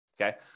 okay